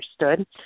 understood